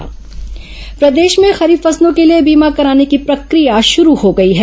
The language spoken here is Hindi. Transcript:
खरीफ फसल बीमा प्रदेश में खरीफ फसलों के लिए बीमा कराने की प्रक्रिया शुरू हो गई है